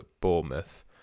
Bournemouth